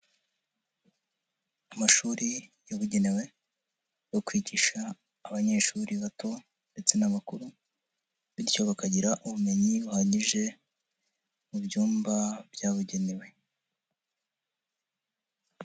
Amashuri yabugenewe yo kwigisha abanyeshuri bato ndetse n'abakuru, bityo bakagira ubumenyi buhagije, mu byumba byabugenewe.